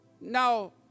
Now